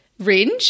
Ringe